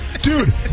Dude